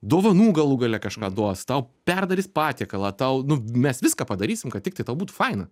dovanų galų gale kažką duos tau perdarys patiekalą tau nu mes viską padarysim kad tik tai tau būtų faina